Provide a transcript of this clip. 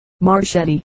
Marchetti